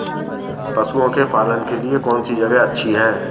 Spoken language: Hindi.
पशुओं के पालन के लिए कौनसी जगह अच्छी है?